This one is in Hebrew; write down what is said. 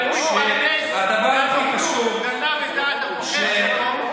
הוא גנב את הבוחר שלו,